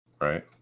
right